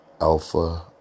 Alpha